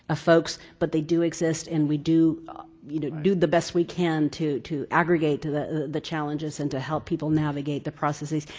ah folks, but they do exist and we do you know do the best we can to to aggregate the the challenges and to help people navigate the processes.